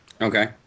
Okay